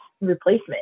replacement